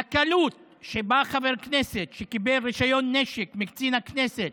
והקלות שבה חבר כנסת שקיבל רישיון נשק מקצין הכנסת